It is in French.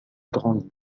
grandit